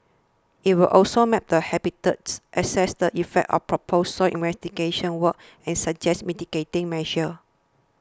it will also map the habitats assess the effects of proposed soil investigation works and suggest mitigating measures